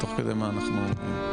מה נמצא כרגע ומה המצב כרגע,